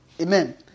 Amen